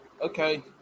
Okay